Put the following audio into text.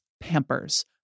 Pampers